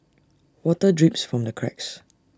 water drips from the cracks